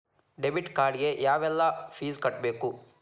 debit card ಗೆ ಯಾವ್ಎಲ್ಲಾ fees ಕಟ್ಬೇಕು